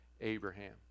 Abraham